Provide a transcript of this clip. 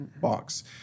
box